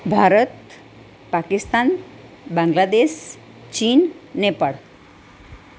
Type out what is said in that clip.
ભારત પાકિસ્તાન બાંગ્લાદેસ ચીન નેપાળ